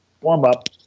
warm-up